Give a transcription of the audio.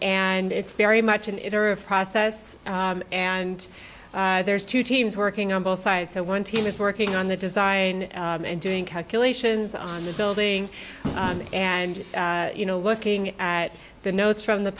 and it's very much an it or a process and there's two teams working on both sides so one team is working on the design and doing calculations on the building and you know looking at the notes from the